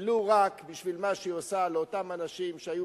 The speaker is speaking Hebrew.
ולו רק בגלל מה שהיא עושה לאותם אנשים שהיו